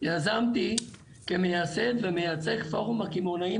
יזמתי כמייסד ומייצג פורום הקמעונאים